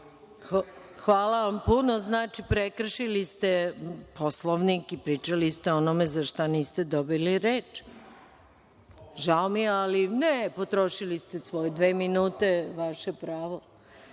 Hvala vam puno. Znači, prekršili ste Poslovnik i pričali ste o onome za šta niste dobili reč. Žao mi je ali, ne potrošili ste svoje dve minute. Vaše pravo. Neko